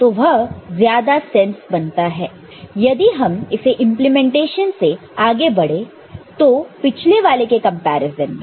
तो वह ज्यादा सेंस बनता है यदि हम इस इंप्लीमेंटेशन से आगे बढ़े तो पिछले वाले के कंपैरिजन में